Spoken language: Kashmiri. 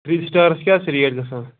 تھرٛی سِٹارَس کیٛاہ چھِ ریٹ گژھان